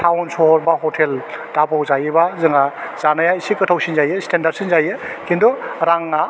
town सहर बा hotel ढाबाव जायोबा जोंहा जानाया एसे गोथावसिन जायो स्टेन्डार्डसिन जायो खिन्थु राङा